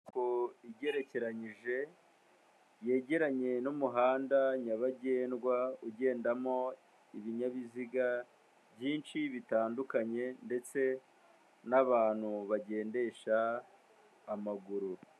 Inyubako igerekeranyije yegeranye n'umuhanda nyabagendwa, ugendamo ibinyabiziga byinshi bitandukanye ndetse n'abantu bagendesha amaguru.